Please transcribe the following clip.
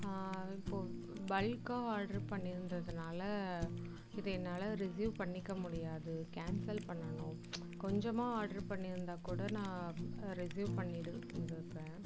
இப்போது பல்க்காக ஆர்டர் பண்ணி இருந்ததினால இது என்னால் ரிசிவ் பண்ணிக்க முடியாது கேன்சல் பண்ணணும் கொஞ்சமாக ஆர்டர் பண்ணியிருந்தால் கூட நான் ரிசிவ் பண்ணியிருந்துருப்பேன்